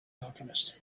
alchemist